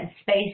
space